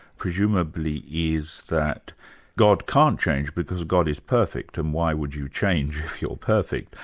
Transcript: presumably is that god can't change, because god is perfect, and why would you change if you're perfect?